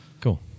Cool